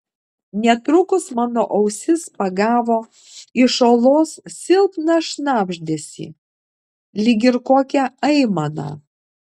netrukus mano ausis pagavo iš olos silpną šnabždesį lyg ir kokią aimaną